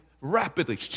rapidly